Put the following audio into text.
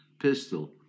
pistol